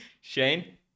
Shane